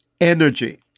energy